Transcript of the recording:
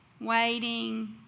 waiting